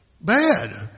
bad